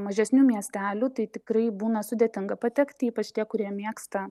mažesnių miestelių tai tikrai būna sudėtinga patekti ypač tie kurie mėgsta